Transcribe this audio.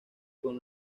con